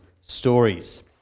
stories